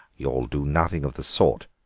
you'll do nothing of the sort.